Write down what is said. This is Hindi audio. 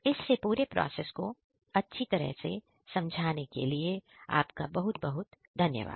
इस पूरे प्रोसेस को अच्छी तरह समझाने के लिए आपका बहुत बहुत धन्यवाद